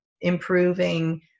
improving